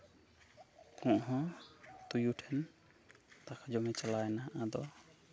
ᱠᱚᱜ ᱦᱚᱸ ᱛᱩᱭᱩ ᱴᱷᱮᱱ ᱫᱟᱠᱟ ᱡᱚᱢᱮ ᱪᱟᱞᱟᱣᱮᱱᱟ ᱟᱫᱚ